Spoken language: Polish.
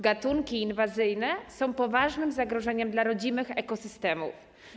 Gatunki inwazyjne są poważnym zagrożeniem dla rodzimych ekosystemów.